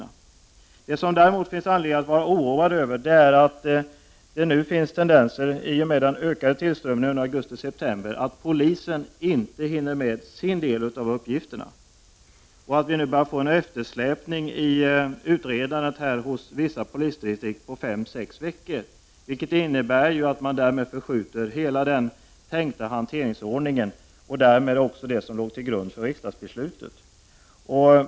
Vad det däremot finns anledning att vara oroad över är att det nu finns tendenser, i och med den ökade flyktingtillströmningen under augusti och september, att polisen inte hinner med sin del av uppgifterna och att vi nu börjar få en eftersläpning i utredandet hos vissa polisdistrikt på fem å sex veckor. Det innebär att man förskjuter hela den tänkta hanteringsordningen och därmed också det som låg till grund för riksdagsbeslutet.